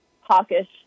hawkish